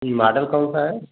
ई model कौन सा है